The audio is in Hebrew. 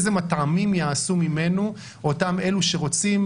איזה מטעמים יעשו ממנו אותם אלה שאומרים: